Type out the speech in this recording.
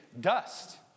dust